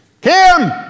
Kim